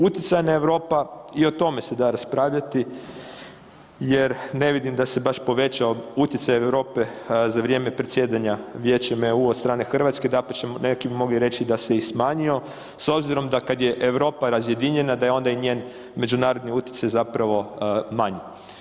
Utjecajna Europa i o tome se da raspravljati jer ne vidim da se baš povećao utjecaj Europe za vrijeme predsjedanja Vijećem EU od strane Hrvatske dapače neki bi mogli reći da se i smanjio s obzirom da kad je Europa razjedinjena da je onda i njen međunarodni utjecaj zapravo manji.